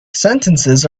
sentences